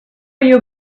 your